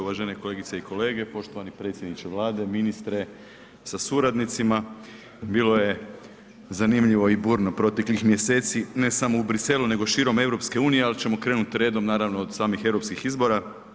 Uvažene kolegice i kolege, poštovani predsjedniče Vlade, ministre sa suradnicima bilo je zanimljivo i burno proteklih mjeseci ne samo u Bruxellesu nego širom EU, ali ćemo krenuti redom naravno od samih europskih izbora.